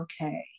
okay